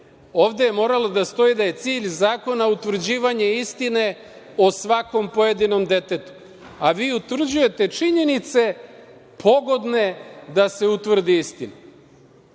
Ovde je moralo da stoji da je cilj zakona utvrđivanje istine o svakom pojedinom detetu, a vi utvrđujete činjenice pogodne da se utvrdi istina. Stav